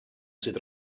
sydd